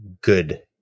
good